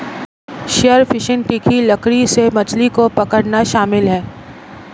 spear fishing तीखी लकड़ी से मछली को पकड़ना शामिल है